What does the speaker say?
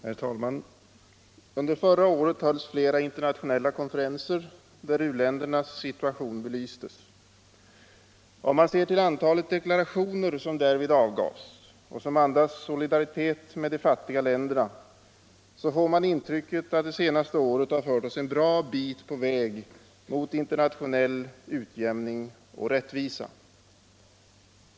Herr talman! Under förra året hölls flera internationella konferenser där u-ländernas situation belystes. Om man ser till antalet deklarationer som därvid avgavs och som andas solidaritet med de fattiga länderna, så får man intrycket att det senaste året har fört oss en bra bit på väg mot internationell utjämning och rättvisa.